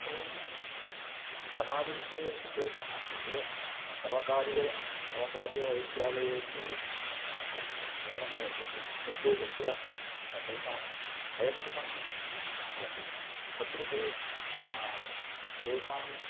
एवं धनादि विषयेषु क्लेशः नास्ति यद् सर्वकारीय सर्वकारीय वैद्यालयेषु धनं न्यूनमेव भवति किन्तु यत्र तेषां वैयक्तिकं भवति तत्र ते तेषाम्